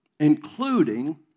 including